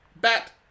Bat